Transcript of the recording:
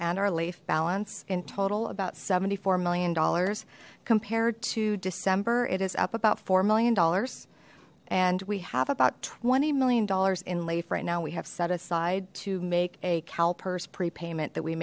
and our life balance in total about seventy four million dollars compared to december it is up about four million dollars and we have about twenty million dollars in lafe right now we have set aside to make a calpers prepayment that we